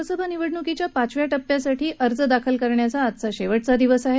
लोकसभा निवडणुकीच्या पाचव्या टप्प्यासाठी अर्ज दाखल करण्याचा आज शेवटचा दिवसं आहे